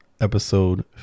episode